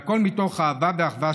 והכול מתוך אהבה ואחווה,